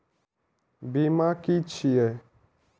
बीमा की छी ये?